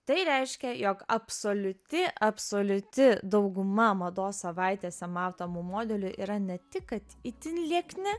tai reiškia jog absoliuti absoliuti dauguma mados savaitėse matomų modelių yra ne tik kad itin liekni